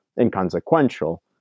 inconsequential